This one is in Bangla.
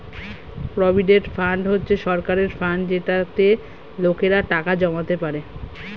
প্রভিডেন্ট ফান্ড হচ্ছে সরকারের ফান্ড যেটাতে লোকেরা টাকা জমাতে পারে